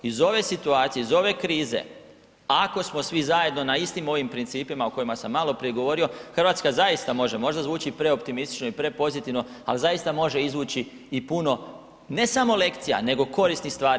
Iz ove situacije, iz ove krize ako smo svi zajedno na istim ovim principima o kojima sam maloprije govorio Hrvatska zaista može, možda zvuči preoptimistično i prepozitivno, ali zaista može izvući i puno, ne samo lekcija nego korisnih stvari.